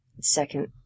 second